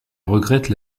regrette